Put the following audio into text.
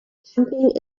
jumping